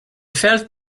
felt